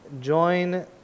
join